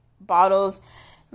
bottles